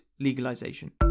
legalisation